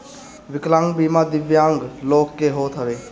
विकलांग बीमा दिव्यांग लोग के होत हवे